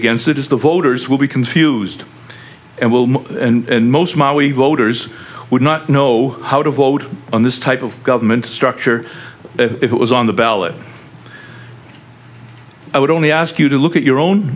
against it is the voters will be confused and will and most of my we voters would not know how to vote on this type of government structure if it was on the ballot i would only ask you to look at your own